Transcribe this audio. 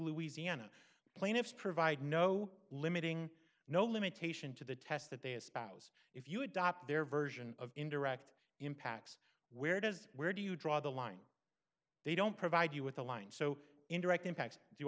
louisiana plaintiffs provide no limiting no limitation to the test that they espouse if you adopt their version of indirect impacts where does where do you draw the line they don't provide you with a line so indirect impacts do